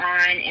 on